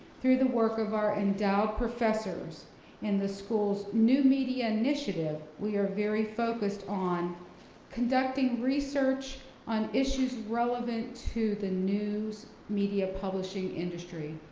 through the work of our endowed professors and the schools new media initiative, we are very focused on conducting research on issues relevant to the news media publishing industry,